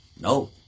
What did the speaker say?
No